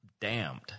damned